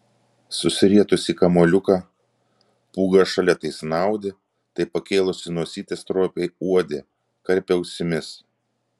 susirietusi į kamuoliuką pūga šalia tai snaudė tai pakėlusi nosytę stropiai uodė karpė ausimis